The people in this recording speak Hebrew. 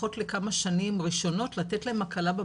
לפחות לכמה שנים ראשונות לתת להם הקלה בבגרות.